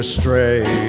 stray